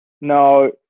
no